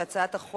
בעד הצעת חוק